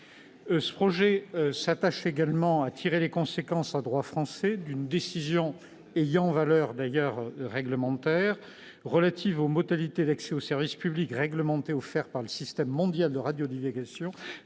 Ce projet s'attache également à tirer les conséquences, en droit français, d'une décision, ayant d'ailleurs valeur réglementaire, relative aux modalités d'accès au service public réglementé offert par le système mondial de radionavigation